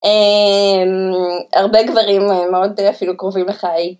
הרבה גברים מאוד אפילו קרובים לחיי.